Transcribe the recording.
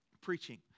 preaching